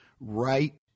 right